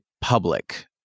public